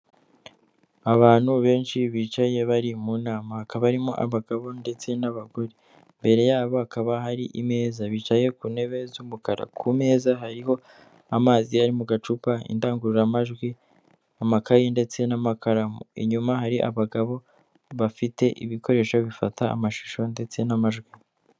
Abantu benshi bicaye bari mu nama, hakaba harimo abagabo ndetse n'abagore, imbere yabo hakaba hari imeza, bicaye ku ntebe z'umukara. Ku meza hariho amazi ari mu gacupa, indangururamajwi, amakayi ndetse n'amakara. Inyuma hari abagabo bafite ibikoresho bifata amashusho ndetse n'amajwi.